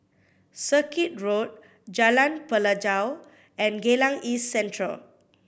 Circuit Road Jalan Pelajau and Geylang East Central